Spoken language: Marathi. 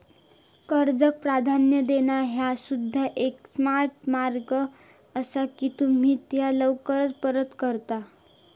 कर्जाक प्राधान्य देणा ह्या सुद्धा एक स्मार्ट मार्ग असा की तुम्ही त्या लवकर परत करता